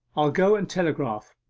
i'll go and telegraph,